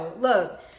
look